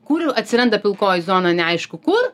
kur jau atsiranda pilkoji zona neaišku kur